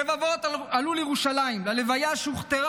רבבות עלו לירושלים ללוויה שהוכתרה